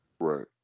Right